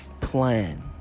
plan